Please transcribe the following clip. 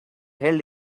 held